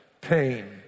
pain